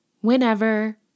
whenever